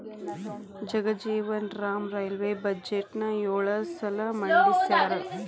Jagjivan Ram railway ಬಜೆಟ್ನ ಯೊಳ ಸಲ ಮಂಡಿಸ್ಯಾರ